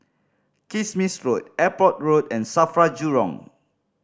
Kismis Road Airport Road and SAFRA Jurong